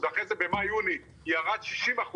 ואחרי זה במאי-יוני ירד 60%,